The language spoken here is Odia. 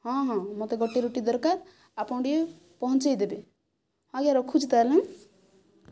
ହଁ ହଁ ମୋତେ ଗୋଟିଏ ରୁଟି ଦରକାର ଆପଣ ଟିକେ ପହଞ୍ଚାଇ ଦେବେ ଆଜ୍ଞା ରଖୁଛି ତା'ହେଲେ